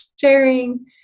sharing